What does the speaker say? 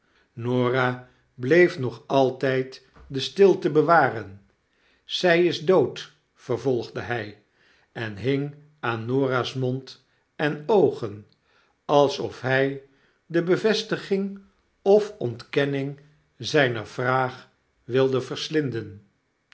norah bleef nog altp de stilte bewaren zy is dood vervolgde hjj en hing aan norah's mond en oogen alsof hy de bevestiging of ontkenning zijner vraag wilde verslinden